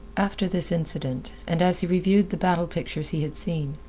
after this incident, and as he reviewed the battle pictures he had seen,